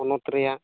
ᱯᱚᱱᱚᱛ ᱨᱮᱭᱟᱜ